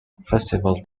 festival